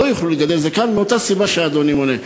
שלא יוכלו לגדל זקן מאותה סיבה שאדוני מונה.